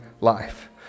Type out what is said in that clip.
life